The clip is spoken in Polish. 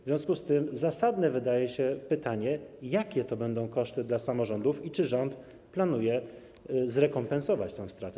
W związku z tym zasadne wydaje się pytanie, jakie to będą koszty dla samorządów i czy rząd planuje zrekompensować tę stratę.